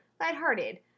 lighthearted